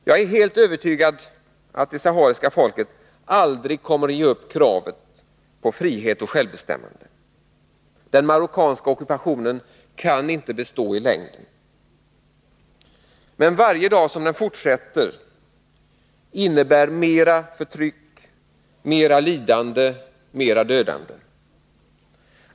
Jag är helt övertygad om att det sahariska folket aldrig kommer att ge upp kravet på frihet och självbestämmande. Den marockanska ockupationen kan inte bestå i längden. Men varje dag som den fortsätter innebär mera förtryck, mera lidande, mera dödande.